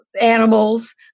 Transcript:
animals